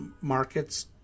markets